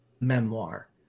memoir